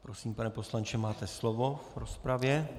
Prosím, pane poslanče, máte slovo v rozpravě.